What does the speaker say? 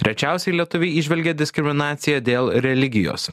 rečiausiai lietuviai įžvelgia diskriminaciją dėl religijos